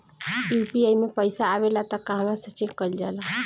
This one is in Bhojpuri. यू.पी.आई मे पइसा आबेला त कहवा से चेक कईल जाला?